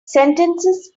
sentences